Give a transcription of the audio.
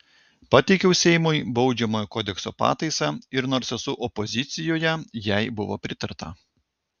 pateikiau seimui baudžiamojo kodekso pataisą ir nors esu opozicijoje jai buvo pritarta